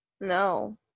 No